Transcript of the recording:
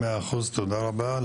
מאה אחוז, תודה רבה.